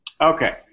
Okay